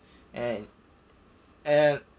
and and